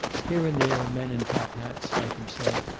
here and there men in top hats, like himself,